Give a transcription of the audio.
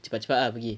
cepat cepat ah pergi